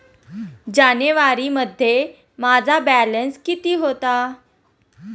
जानेवारीमध्ये माझा बॅलन्स किती होता?